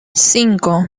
cinco